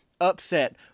upset